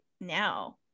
now